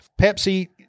Pepsi